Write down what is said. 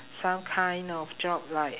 some kind of job like